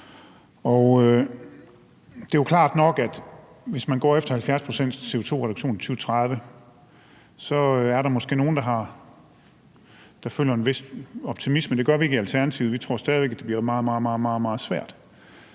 Det er jo klart nok, at hvis man går efter en 70-procents-CO2-reduktion i 2030, er der måske nogen, der føler en vis optimisme. Det gør vi ikke i Alternativet. Vi tror stadig væk, at det bliver meget, meget